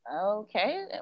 okay